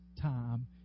time